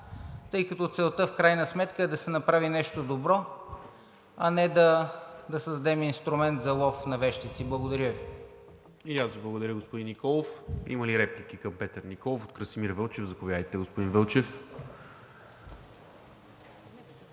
тъй като целта в крайна сметка е да се направи нещо добро, а не да създадем инструмент за лов на вещици. Благодаря ви.